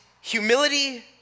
humility